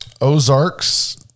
Ozarks